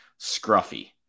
scruffy